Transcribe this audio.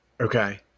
Okay